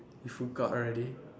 you forgot already